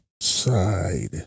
side